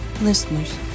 Listeners